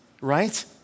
right